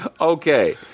okay